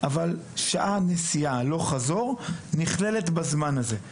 אבל שעה נסיעה הלוך-חזור נכללת בזמן הזה.